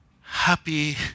happy